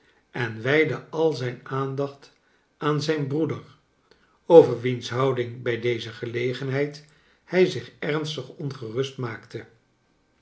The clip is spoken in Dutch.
en wijdde al zijn aandacht aan zijn broeder over wiens houding bij deze gelegenheid hij zich ernstig ongerust maakte